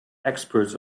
experts